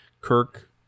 Kirk